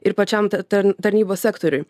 ir pačiam ta tar tarnybos sektoriui